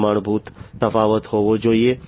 પ્રમાણભૂત તફાવત હોવો જોઈએ